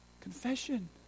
Confession